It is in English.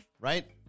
right